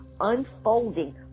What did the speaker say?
unfolding